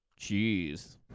Jeez